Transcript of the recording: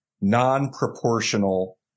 non-proportional